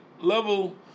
level